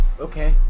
Okay